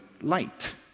light